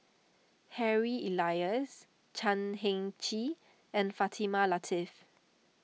Harry Elias Chan Heng Chee and Fatimah Lateef